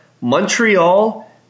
Montreal